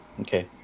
Okay